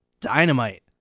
dynamite